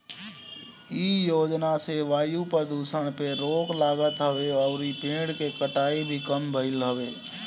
इ योजना से वायु प्रदुषण पे रोक लागत हवे अउरी पेड़ के कटाई भी कम भइल हवे